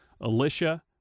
Alicia